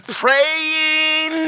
praying